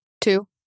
Two